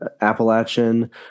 Appalachian